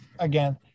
Again